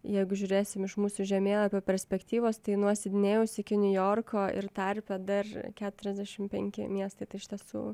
jeigu žiūrėsim iš mūsų žemėlapio perspektyvos tai nuo sidnėjaus iki niujorko ir tarpe dar keturiasdešim penki miestai tai iš tiesų